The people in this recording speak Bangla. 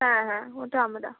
হ্যাঁ হ্যাঁ ওটা আমরা